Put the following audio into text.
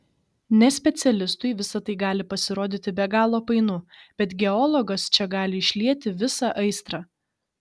nespecialistui visa tai gali pasirodyti be galo painu bet geologas čia gali išlieti visą aistrą